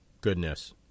goodness